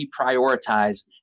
reprioritize